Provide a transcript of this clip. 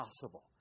possible